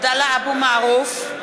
(קוראת בשמות חברי הכנסת) עבדאללה אבו מערוף,